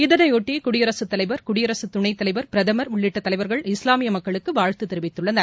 இதனையொட்டி குயடிரகத் தலைவர் குடியரகத் துணைத்தலைவர் பிரதமர் உள்ளிட்ட தலைவர்கள் இஸ்லாமிய மக்களுக்கு வாழ்த்து தெரிவித்துள்ளனர்